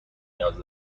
نیاز